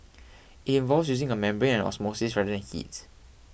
it involves using a membrane and osmosis rather than heat